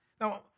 Now